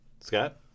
Scott